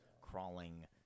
crawling